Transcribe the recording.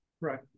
right